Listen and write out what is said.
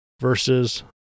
versus